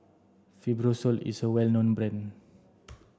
Fibrosol is a well known brand